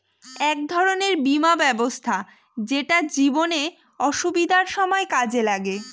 এক ধরনের বীমা ব্যবস্থা যেটা জীবনে অসুবিধার সময় কাজে লাগে